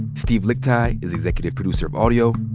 steve lickteig is executive producer of audio.